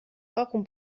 warum